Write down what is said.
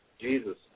Jesus